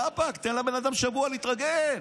רבאק, תן לבן אדם שבוע להתרגל.